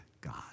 God